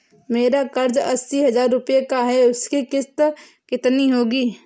मेरा कर्ज अस्सी हज़ार रुपये का है उसकी किश्त कितनी होगी?